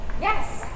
Yes